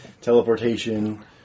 teleportation